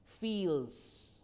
feels